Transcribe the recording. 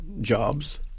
jobs